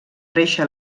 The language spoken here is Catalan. reixa